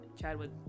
chadwick